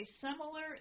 similar